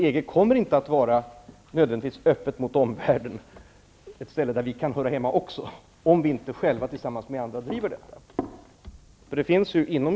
EG kommer inte nödvändigtvis att var öppet mot omvärlden, om vi inte tillsammans med andra driver på.